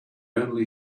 only